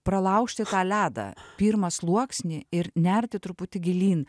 pralaužti tą ledą pirmą sluoksnį ir nerti truputį gilyn